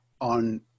on